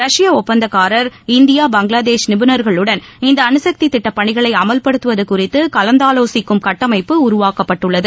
ரஷ்ய ஒப்பந்தக்காரர் இந்தியா பங்களாதேஷ் நிபுணா்களுடன் இந்த அனுசக்தி திட்ட பணிகளை அமல்படுத்துவது குறித்து கலந்தாவோசிக்கும் கட்டமைப்பு உருவாக்கப்பட்டுள்ளது